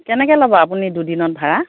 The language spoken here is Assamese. কেনেকৈ ল'ব আপুনি দুদিনত ভাড়া